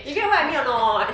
you get what I mean or not